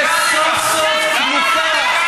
חבר הכנסת כהן.